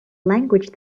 language